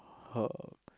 her